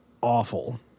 awful